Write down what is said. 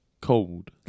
Cold